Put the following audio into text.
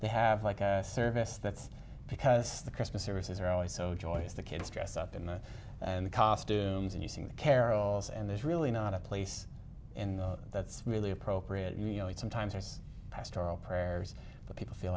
they have like a service that's because the christmas services are always so joyous the kids dress up in costumes and using the carols and there's really not a place in the that's really appropriate you know it sometimes there's pastoral prayers but people feel